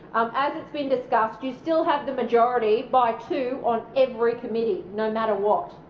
as it's been discussed, you still have the majority by two on every committee, no matter what.